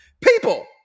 People